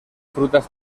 frutas